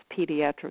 pediatric